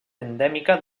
endèmica